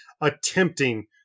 attempting